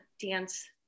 dance